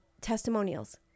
testimonials